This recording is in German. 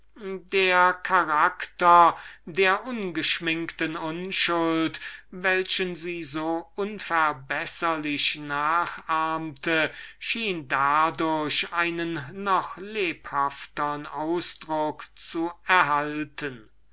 der charakter der ungeschminkten unschuld welchen sie so unverbesserlich nachahmte schien dadurch einen noch lebhaftern ausdruck zu erhalten